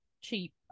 cheap